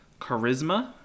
charisma